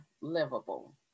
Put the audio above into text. livable